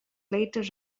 later